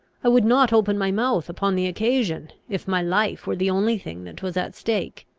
i would not open my mouth upon the occasion, if my life were the only thing that was at stake.